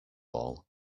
all